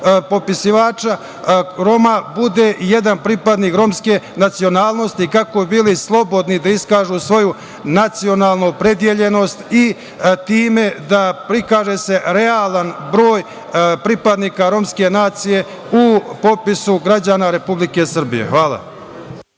popisivača Roma bude i jedan pripadnik romske nacionalnosti, kako bi bili slobodni da iskažu svoju nacionalnu opredeljenost i time da se prikaže realan broj pripadnika romske nacije u popisu građana Republike Srbije. Hvala.